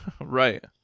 Right